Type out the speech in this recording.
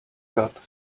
got